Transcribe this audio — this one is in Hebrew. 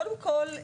קודם כל,